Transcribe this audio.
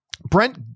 Brent